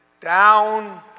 Down